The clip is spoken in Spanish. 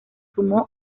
sumó